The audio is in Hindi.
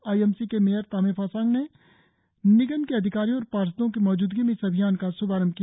आई एम सी के मेयर तामे फासांग ने निगम के अधिकारियों और पार्षदों की मौजूदगी में इस अभियान का श्भारंभ किया